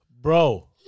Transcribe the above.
bro